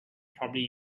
probably